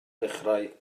dechrau